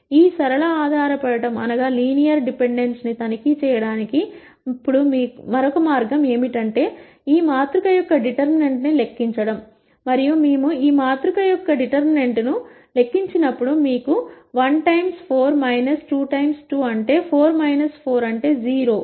ఈ సరళ ఆధారపడటం ను తనిఖీ చేయడానికి ఇప్పుడు మరొక మార్గం ఏమిటంటే ఈ మాతృక యొక్క డిటర్మినెంట్ లెక్కించడం మరియు మేము ఈ మాతృక యొక్క డిటర్మినెంట్ లెక్కించినప్పుడు మీకు 1 times 4 2 times 2 లభిస్తుంది అంటే 4 4 అంటే 0